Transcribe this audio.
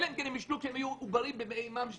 אלא אם כן הם עישנו כשהיו עוברים בבטן אימם.